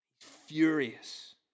Furious